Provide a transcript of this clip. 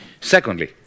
Secondly